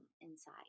inside